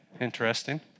interesting